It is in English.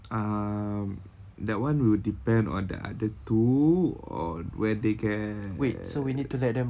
um that one will depend on the other two or where they can